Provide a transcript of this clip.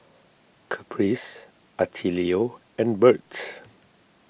Caprice Attilio and Bert